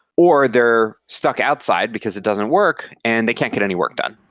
or they're stuck outside because it doesn't work and they can't get any work done.